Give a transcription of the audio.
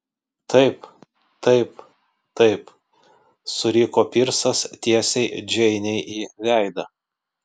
taip taip taip suriko pirsas tiesiai džeinei į veidą